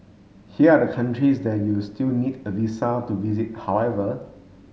here are the countries that you will still need a visa to visit however